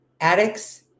addicts